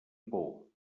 por